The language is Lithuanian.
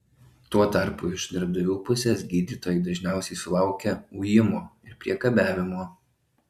tuo tarpu iš darbdavių pusės gydytojai dažniausiai sulaukia ujimo ir priekabiavimo